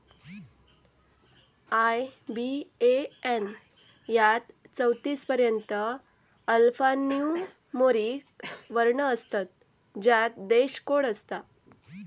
IBAN यात चौतीस पर्यंत अल्फान्यूमोरिक वर्ण असतत ज्यात देश कोड असता